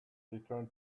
return